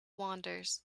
wanders